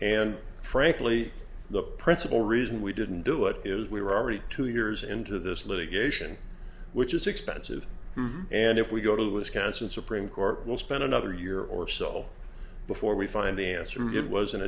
and frankly the principal reason we didn't do it is we were already two years into this litigation which is expensive and if we go to wisconsin supreme court will spend another year or so before we find the answer it was